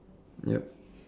yup